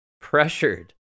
pressured